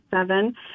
seven